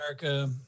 America